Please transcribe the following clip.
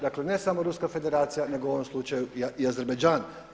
Dakle, ne samo Ruska federacija nego u ovom slučaju i Azerbajdžan.